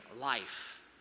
life